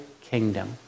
kingdom